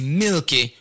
milky